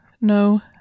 No